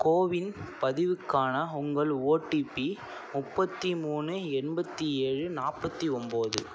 CoWIN பதிவுக்கான உங்கள் OTP முப்பத்தி மூணு எண்பத்தி ஏழு நாற்பத்தி ஒம்போது